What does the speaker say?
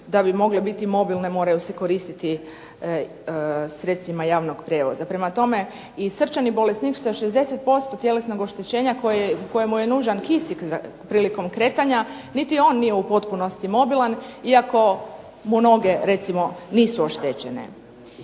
da bi mogle biti mobilne moraju se koristiti sredstvima javnog prijevoza. Prema tome, i srčani bolesnik sa 60% tjelesnog oštećenja kojemu je nužan kisik prilikom kretanja, niti on nije u potpunosti mobilan, iako mu noge recimo nisu oštećene.